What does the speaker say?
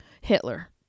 Hitler